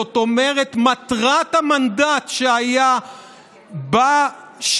זאת אומרת, מטרת המנדט שהיה בשטח